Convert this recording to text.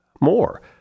more